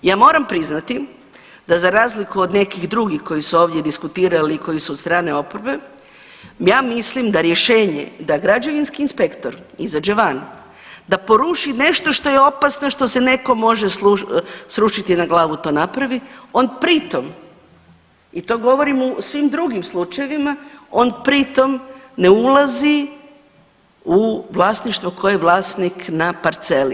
Ja moram priznati da za razliku od nekih drugih koji su ovdje diskutirali i koji su od strane oporbe ja mislim da je rješenje da građevinski inspektor izađe van, da poruši nešto što je opasno, što se nekom može srušiti na glavu to napravi, on pri tom i to govorim u svim drugim slučajevima, on pri tom ne ulazi u vlasništva tko je vlasnik na parceli.